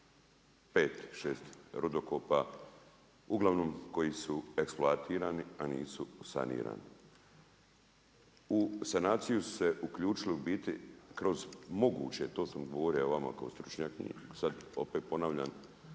ili 6 rudokopa, uglavnom koji su eksploatirani, a nisu sanirani. U sanaciju su se uključili u biti kroz moguće to sam govorio evo vama kao stručnjakinji i sad opet ponavljam,